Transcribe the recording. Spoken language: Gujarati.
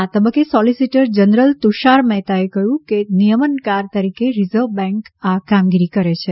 આ તબક્કે સોલિસિટર જનરલ તુષાર મહેતાએ કહ્યું કે નિયમનકાર તરીકે રિઝર્વ બેન્ક આ કામગીરી કરે છે